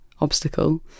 obstacle